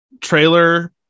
trailer